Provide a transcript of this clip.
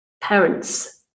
parents